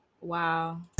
wow